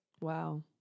Wow